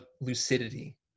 lucidity